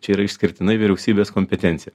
čia yra išskirtinai vyriausybės kompetencija